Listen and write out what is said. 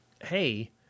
Hey